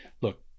look